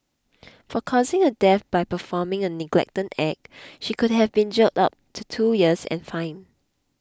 for causing a death by performing a negligent act she could have been jailed up to two years and fined